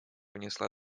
внесла